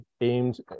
aimed